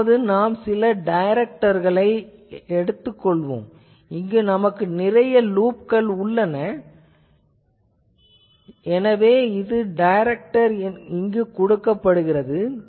இப்போது நாம் சில டைரக்டர்களை இடலாம் இங்கு நம்மிடம் நிறைய லூப்கள் உள்ளன எனவே இது டைரக்டர் என்பதைக் கொடுக்கிறது